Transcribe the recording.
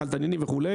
נחל תנינים וכו',